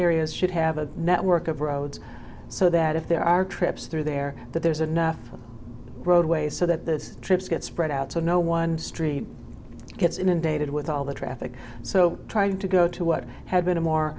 should have a network of roads so that if there are trips through there that there's enough roadway so that the trips get spread out so no one street gets inundated with all the traffic so trying to go to what had been a more